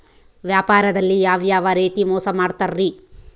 ವ್ಯಾಪಾರದಲ್ಲಿ ಯಾವ್ಯಾವ ರೇತಿ ಮೋಸ ಮಾಡ್ತಾರ್ರಿ?